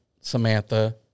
Samantha